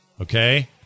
Okay